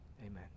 amen